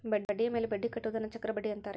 ಬಡ್ಡಿಯ ಮೇಲೆ ಬಡ್ಡಿ ಕಟ್ಟುವುದನ್ನ ಚಕ್ರಬಡ್ಡಿ ಅಂತಾರೆ